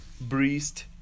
breast